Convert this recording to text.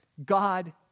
God